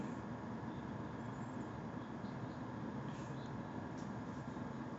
mm